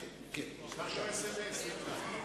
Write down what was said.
אני יכול להתמודד כרגע,